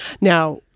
Now